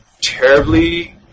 terribly